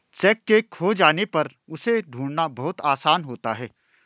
cheque के खो जाने पर उसे ढूंढ़ना बहुत आसान होता है